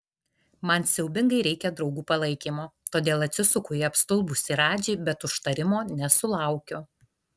man siaubingai reikia draugų palaikymo todėl atsisuku į apstulbusį radžį bet užtarimo nesulaukiu